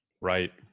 Right